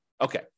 Okay